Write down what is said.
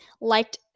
liked